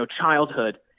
childhood